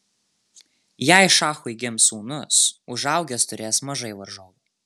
jei šachui gims sūnus užaugęs turės mažai varžovų